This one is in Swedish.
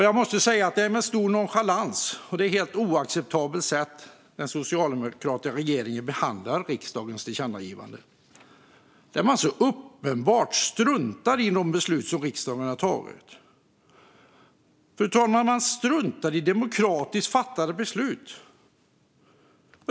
Jag måste säga att det är med stor nonchalans och på ett helt oacceptabelt sätt den socialdemokratiska regeringen behandlar riksdagens tillkännagivanden när man så uppenbart struntar i de beslut som riksdagen har fattat. Man struntar i demokratiskt fattade beslut, fru talman.